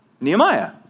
Nehemiah